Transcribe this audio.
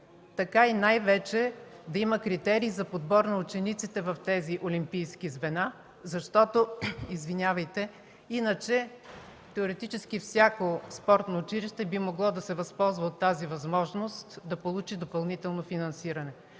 така и най-вече да има критерии за подбор на учениците в тези олимпийски звена. Иначе, теоретически всяко спортно училище би могло да се възползва от възможността да получи допълнително финансиране.